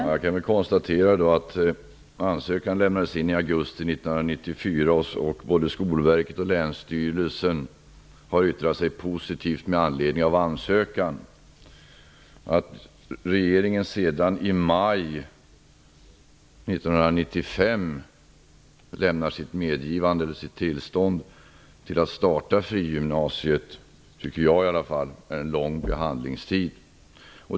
Fru talman! Jag kan konstatera att ansökan lämnades in i augusti 1994. Både Skolverket och länsstyrelsen har yttrat sig positivt med anledning av ansökan. Att regeringen sedan i maj 1995 lämnar sitt tillstånd till att starta frigymnasiet tycker jag i alla fall är en lång behandlingstid.